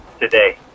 today